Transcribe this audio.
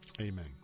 Amen